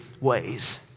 ways